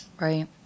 Right